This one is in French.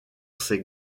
ses